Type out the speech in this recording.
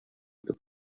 place